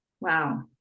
Wow